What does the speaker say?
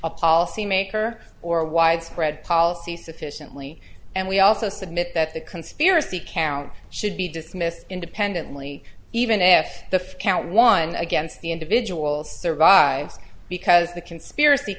a policymaker or widespread policy sufficiently and we also submit that the conspiracy count should be dismissed independently even if the count one against the individual survives because the conspiracy